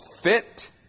Fit